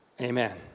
amen